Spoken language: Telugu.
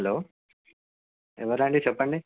హలో ఎవరండి చెప్పండి